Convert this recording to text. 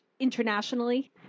internationally